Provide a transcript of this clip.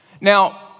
Now